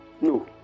no